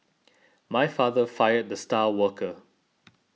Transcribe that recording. my father fired the star worker